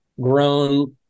grown